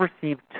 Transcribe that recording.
received